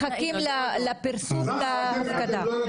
מחכים לפרסום להפקדה.